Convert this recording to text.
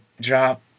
drop